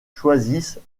choisissent